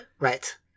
Right